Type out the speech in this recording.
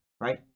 right